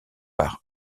par